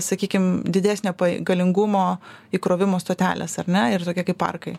sakykim didesnė galingumo įkrovimo stotelės ar ne ir tokie kaip parkai